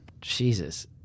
Jesus